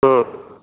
ହୁଁ